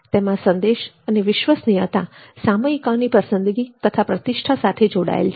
તેમાં સંદેશ અને વિશ્વસનીયતા સામયિકોની પસંદગી તથા પ્રતિષ્ઠા સાથે જોડાયેલ છે